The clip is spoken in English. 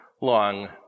long